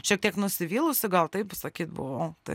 šiek tiek nusivylusi gal taip sakyt buvau taip